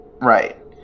Right